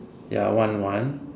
ya one one